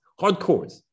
hardcores